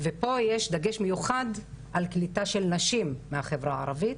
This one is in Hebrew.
ופה יש דגש מיוחד על קליטה של נשים מהחברה הערבית.